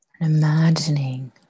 Imagining